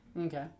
Okay